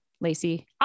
Lacey